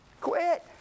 Quit